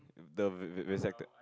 the v~ vasecto~